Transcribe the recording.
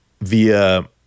via